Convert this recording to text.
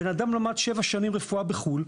אדם למד שבע שנים רפואה בחו"ל,